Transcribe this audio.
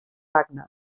wagner